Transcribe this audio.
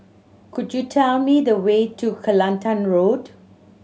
could you tell me the way to Kelantan Road